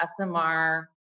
SMR